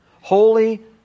holy